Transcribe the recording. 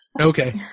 Okay